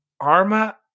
Arma